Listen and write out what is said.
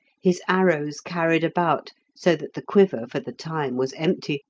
his arrows carried about so that the quiver for the time was empty,